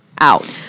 out